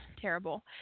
Terrible